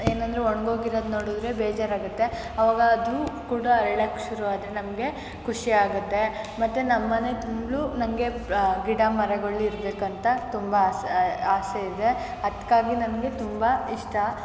ಏನೆಂದ್ರೆ ಒಣಗೋಗಿರೋದು ನೋಡಿದರೆ ಬೇಜಾರಾಗುತ್ತೆ ಆವಾಗ ಅದೂ ಕೂಡ ಅರಳೋಕ್ಕೆ ಶುರು ಆದರೆ ನಮಗೆ ಖುಷಿ ಆಗುತ್ತೆ ಮತ್ತೆ ನಮ್ಮನೆ ನಮಗೆ ಗಿಡ ಮರಗಳು ಇರಬೇಕಂತ ತುಂಬ ಆಸೆ ಆಸೆಯಿದೆ ಅದಕ್ಕಾಗಿ ನನಗೆ ತುಂಬ ಇಷ್ಟ